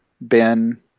Ben